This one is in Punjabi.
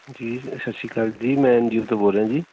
ਜੀ ਸਤਿ ਸ਼੍ਰੀ ਅਕਾਲ ਜੀ ਮੈਂ ਐਨ ਜੀ ਓ ਤੋਂ ਬੋਲ ਰਿਹਾ ਜੀ